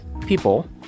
people